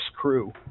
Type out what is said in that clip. crew